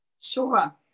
Sure